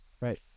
Right